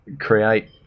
create